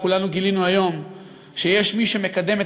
וכולנו גילינו היום שיש מי שמקדם את